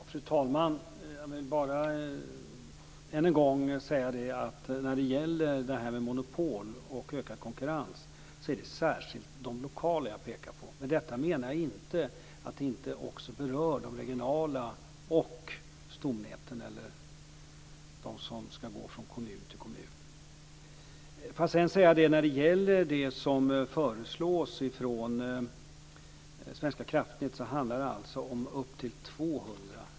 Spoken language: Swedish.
Fru talman! Jag vill bara än en gång säga att när det gäller det här med monopol och ökad konkurrens är det särskilt de lokala näten jag pekar på. Med detta menar jag inte att det inte också berör de regionala näten och stomnäten, eller de som ska gå från kommun till kommun. När det gäller det som föreslås från Svenska kraftnät handlar det alltså om upp till 200 fibrer.